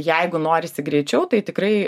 jeigu norisi greičiau tai tikrai